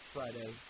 Friday